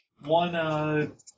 one